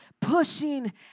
pushing